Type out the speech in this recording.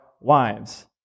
wives